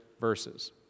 verses